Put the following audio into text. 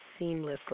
seamlessly